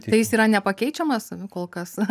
tai jis yra nepakeičiamas kol kas